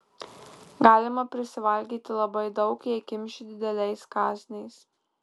galima prisivalgyti labai daug jei kimši dideliais kąsniais